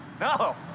no